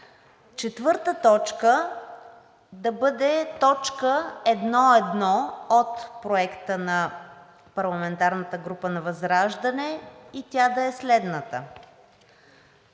Четвърта точка да бъде точка 1.1 от Проекта на парламентарната група на ВЪЗРАЖАДНЕ и тя да е следната: